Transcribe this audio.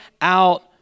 out